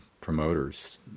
promoters